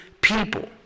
people